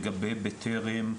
לגבי בטרם,